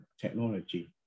technology